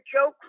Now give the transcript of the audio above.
Joe